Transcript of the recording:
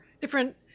different